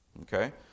Okay